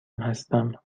هستم